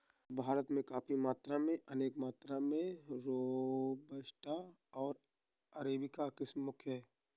भारत में कॉफ़ी संपदा में अनेक किस्मो में रोबस्टा ओर अरेबिका किस्म प्रमुख है